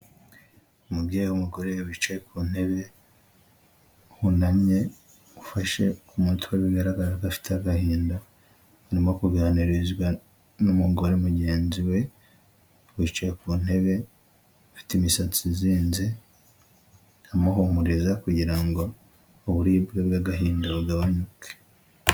Umubyeyi w'umugore wicaye ku ntebe, wunamye ufashe ku mutwe bigaragara ko afite agahinda, arimo kuganirizwa n'umugore mugenzi we, wicaye ku ntebe, ufite imisatsi izinze amuhumuriza kugira ngo uburibwe bw'agahinda bugabanuke.